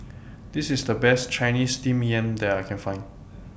This IS The Best Chinese Steamed Yam that I Can Find